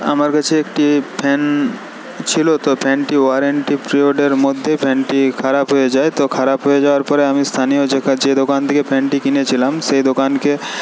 আমার কাছে একটি ফ্যান ছিলো তো ফ্যানটি ওয়ারেন্টি পিরিয়ডের মধ্যে ফ্যানটি খারাপ হয়ে যায় তো খারাপ হয়ে যাওয়ার পরে আমি স্থানীয় যে কাছের যে দোকান থেকে ফ্যানটি কিনেছিলাম সেই দোকানে